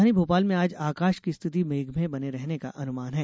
राजधानी भोपाल में आज आकाश की स्थिति मेघमय बने रहने का अनुमान है